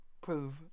prove